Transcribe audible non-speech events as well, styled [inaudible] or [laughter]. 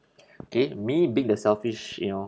[breath] kay me being the selfish you know